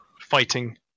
fighting